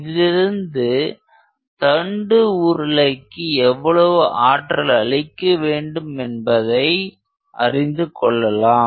இதிலிருந்து தண்டு உருளைக்கு எவ்வளவு ஆற்றல் அளிக்கவேண்டும் என்பதையும் அறிந்து கொள்ளலாம்